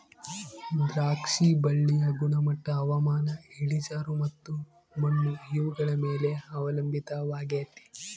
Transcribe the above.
ದ್ರಾಕ್ಷಿ ಬಳ್ಳಿಯ ಗುಣಮಟ್ಟ ಹವಾಮಾನ, ಇಳಿಜಾರು ಮತ್ತು ಮಣ್ಣು ಇವುಗಳ ಮೇಲೆ ಅವಲಂಬಿತವಾಗೆತೆ